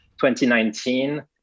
2019